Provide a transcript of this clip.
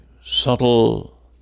subtle